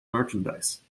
merchandise